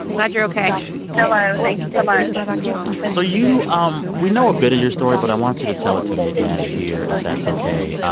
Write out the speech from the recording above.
glad you're ok hello. thank you so much so you um we know a bit of your story. but i want you to tell it to me again here, if that's ok.